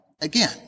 again